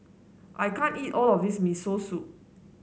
I can't eat all of this Miso Soup